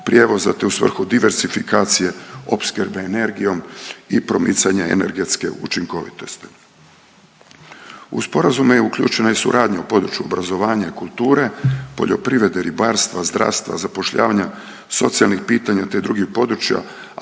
prijevoza te u svrhu diversifikacije opskrbe energijom i promicanja energetske učinkovitosti. U sporazume je uključena i suradnja u području obrazovanja, kulture, poljoprivrede, ribarstva, zdravstva, zapošljavanja, socijalnih pitanja te drugih područja,